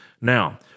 Now